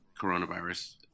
coronavirus